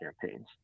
campaigns